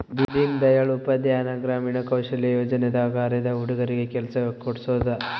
ದೀನ್ ದಯಾಳ್ ಉಪಾಧ್ಯಾಯ ಗ್ರಾಮೀಣ ಕೌಶಲ್ಯ ಯೋಜನೆ ದಾಗ ಅರೆದ ಹುಡಗರಿಗೆ ಕೆಲ್ಸ ಕೋಡ್ಸೋದ